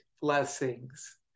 blessings